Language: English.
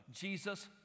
Jesus